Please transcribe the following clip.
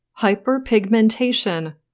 hyperpigmentation